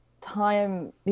time